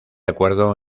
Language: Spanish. acuerdo